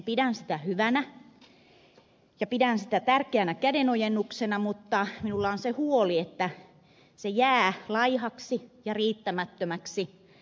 pidän sitä hyvänä ja pidän sitä tärkeänä kädenojennuksena mutta minulla on se huoli että se jää laihaksi ja riittämättömäksi